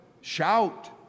Shout